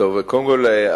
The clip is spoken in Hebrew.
קודם כול,